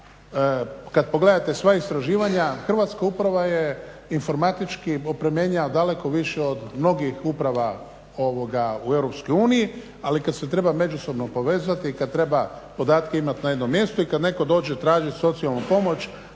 kad pogledate sva istraživanja, hrvatska uprava je informatički opremljenija daleko više od mnogih uprava u EU ali kad se treba međusobno povezati i kad treba podatke imat na jednom mjestu i kad netko dođe tražiti socijalnu pomoć,